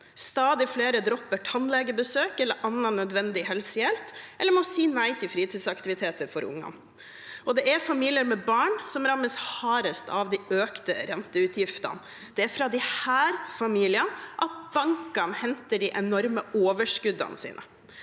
Stadig flere dropper tannlegebesøk eller annen nødvendig helsehjelp, eller må si nei til fritidsaktiviteter for ungene. Det er familier med barn som rammes hardest av de økte renteutgiftene. Det er fra disse familiene bankene henter de enorme overskuddene sine.